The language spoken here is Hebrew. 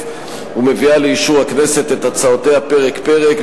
ומביאה לאישור הכנסת את הצעותיה פרק-פרק,